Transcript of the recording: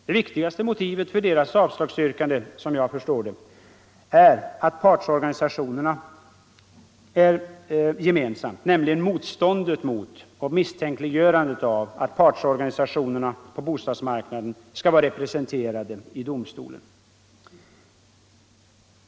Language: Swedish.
Det viktigaste motivet för deras avslagsyrkande är, såvitt jag förstår, motståndet mot och misstänkliggörandet av att partsorganisationerna på bostadsmarknaden skall vara representerade i domstolen.